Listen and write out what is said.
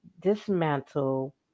dismantle